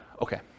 Okay